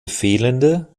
fehlende